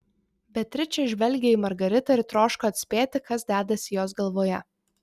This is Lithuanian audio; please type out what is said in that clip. beatričė žvelgė į margaritą ir troško atspėti kas dedasi jos galvoje